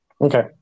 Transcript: Okay